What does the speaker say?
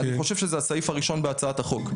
אני חושב שזה הסעיף הראשון בהצעת החוק,